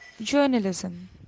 journalism